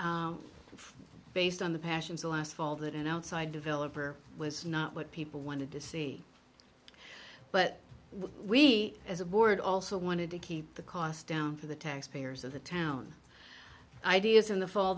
based on the passions last fall that an outside developer was not what people wanted to see but we as a board also wanted to keep the cost down for the taxpayers of the town ideas in the fall